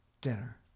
Dinner